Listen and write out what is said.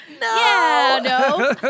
No